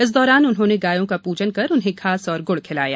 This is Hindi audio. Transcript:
इस दौरान उन्होंने गायो का प्रजन कर उन्हें घास और ग्ड़ खिलाया